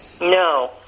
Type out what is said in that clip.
No